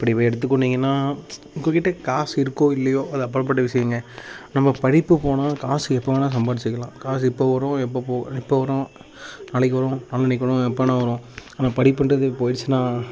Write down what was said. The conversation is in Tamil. இப்படி இதை எடுத்துகொண்டுங்கன்னா உங்ககிட்ட காசு இருக்கோம் இல்லையோ அது அப்பாற்பட்ட விஷயம்ங்க நம்ம படிப்பு போனால் காசு எப்போ வேணால் சம்பாதிச்சிக்கலாம் காசு இப்போ வரும் எப்போ போக இப்போ வரும் நாளைக்கு வரும் நாளான்னைக்கு வரும் எப்போது வேணால் வரும் ஆனால் படிப்பின்றது போயிடுச்சுனா